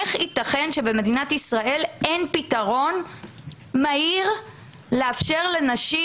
איך ייתכן שבמדינת ישראל אין פתרון מהיר כדי לאפשר לנשים